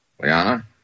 Liana